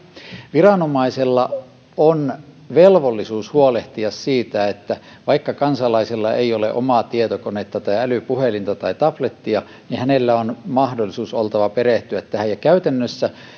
viranomaisella on velvollisuus huolehtia siitä että vaikka kansalaisella ei ole omaa tietokonetta tai älypuhelinta tai tablettia niin hänellä on oltava mahdollisuus perehtyä tähän käytännössä